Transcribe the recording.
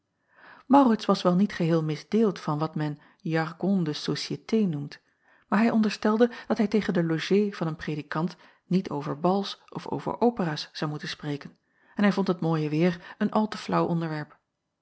maurits was wel niet geheel misdeeld van wat men jargon de société noemt maar hij onderstelde dat hij tegen de logée van een predikant niet over bals of over operaas zou moeten spreken en hij vond het mooie weêr een al te flaauw onderwerp